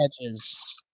edges